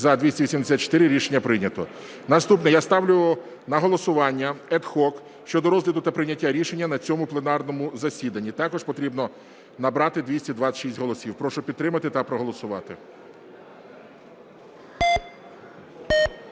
За-284 Рішення прийнято. Наступне. Я ставлю на голосування ad hoc щодо розгляду та прийняття рішення на цьому пленарному засіданні. Також потрібно набрати 226 голосів. Прошу підтримати та проголосувати.